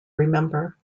remember